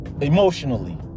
Emotionally